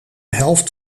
helft